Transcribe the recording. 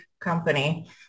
company